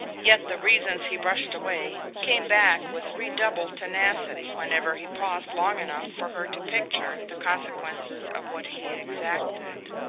yet the reasons he brushed away came back with redoubled tenacity whenever he paused long enough for her to picture the consequences of what he exacted.